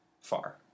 far